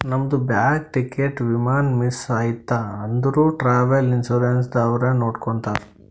ನಮ್ದು bag, ticket, ವಿಮಾನ miss ಐಯ್ತ ಅಂದುರ್ ಟ್ರಾವೆಲ್ ಇನ್ಸೂರೆನ್ಸ್ ದವ್ರೆ ನೋಡ್ಕೊತ್ತಾರ್